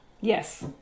Yes